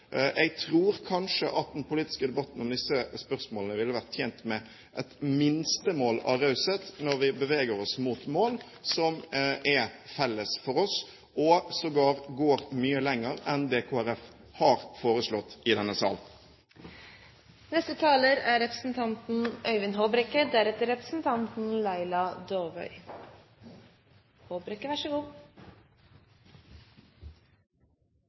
Jeg tror at den politiske debatten om disse spørsmålene kanskje ville vært tjent med et minstemål av raushet når vi beveger oss mot mål som er felles for oss, og når vi sågar går mye lenger enn det Kristelig Folkeparti har foreslått i denne sal.